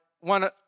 one